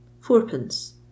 fourpence